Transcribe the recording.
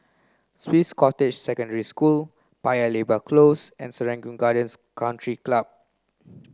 Swiss Cottage Secondary School Paya Lebar Close and Serangoon Gardens Country Club